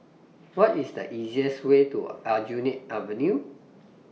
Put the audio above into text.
What IS The easiest Way to Aljunied Avenue